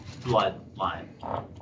bloodline